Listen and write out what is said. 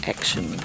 action